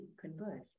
converse